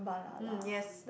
mm yes